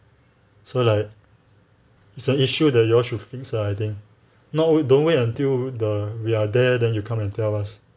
so like it's an issue that you all should fix lah I think not wait don't wait until the we are there and you come and tell us